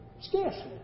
Scarcely